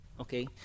okay